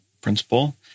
Principle